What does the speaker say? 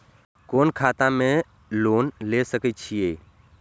कोन खाता में लोन ले सके छिये?